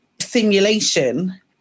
simulation